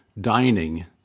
dining